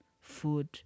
food